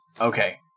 Okay